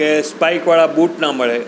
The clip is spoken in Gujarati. કે સ્પાઈકવાળા બુટ ન મળે